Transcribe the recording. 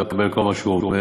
אני מקבל כל מה שהוא אומר.